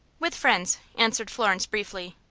with friends, answered florence, briefly.